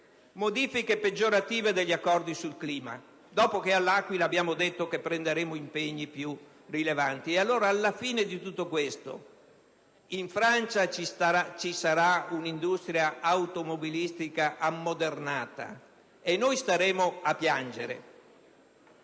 modifiche peggiorative degli accordi sul clima, dopo che all'Aquila abbiamo detto che prenderemo impegni più rilevanti. Alla fine, in Francia vi sarà una industria automobilistica ammodernata e noi staremo a piangere.